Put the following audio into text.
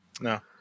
No